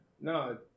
No